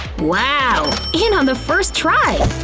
wow! and on the first try!